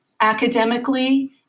academically